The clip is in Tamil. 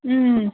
ம்